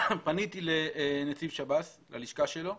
פניתי לנציב שב"ס, ללשכה שלו,